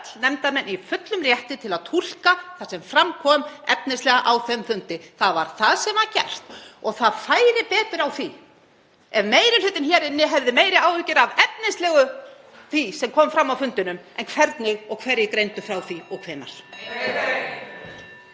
nefndarmenn, í fullum rétti til að túlka það sem fram kom efnislega á þeim fundi. Það var það sem var gert og það færi betur á því ef meiri hlutinn hér inni hefði meiri áhyggjur af því sem fram kom efnislega á fundinum en hvernig og hverjir greindu frá því og hvenær.